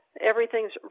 Everything's